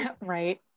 Right